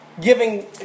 giving